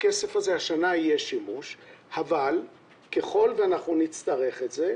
השנה יהיה שימוש לכסף הזה, אבל ככל שנצטרך אותו,